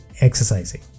exercising